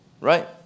right